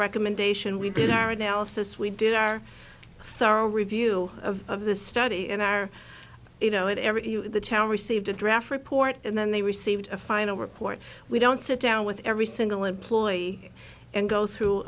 recommendation we did our analysis we did our thorough review of of the study and our you know it every the town received a draft report and then they received a final report we don't sit down with every single employee and go through